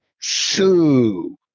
Sue